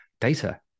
data